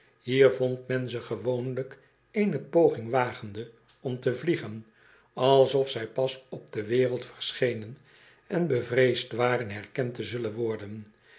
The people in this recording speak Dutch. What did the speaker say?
hier vond men ze gewoonlijk eene poging wagende om te vliegen alsof zij pas op de wereld verschenen en bevreesd waren herkend te zullen worden